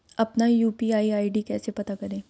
अपना UPI ID कैसे पता करें?